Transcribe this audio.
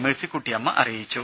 മേഴ്സിക്കുട്ടി അമ്മ അറിയിച്ചു